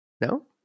No